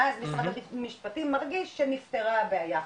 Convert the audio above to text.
מאז משרד המשפטים מרגיש שנפתרה הבעיה,